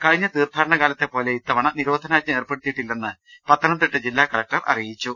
കഴിഞ്ഞ തീർത്ഥാടന കാലത്തെപോലെ ഇത്തവണ നിരോധനാജ്ഞ ഏർപ്പെടുത്തിയിട്ടില്ലെന്ന് പത്ത നംതിട്ട ജില്ലാ കലക്ടർ അറിയിച്ചു